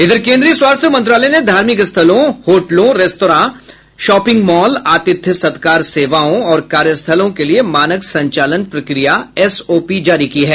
इधर केंद्रीय स्वास्थ्य मंत्रालय ने धार्मिक स्थलों होटलों रेस्तरां शोपिंग मॉल आतिथ्य सत्कार सेवाओं और कार्यस्थलों के लिए मानक संचालन प्रक्रिया एसओपी जारी की है